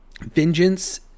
vengeance